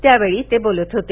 त्यावेळी ते बोलत होते